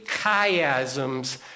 chiasms